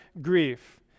grief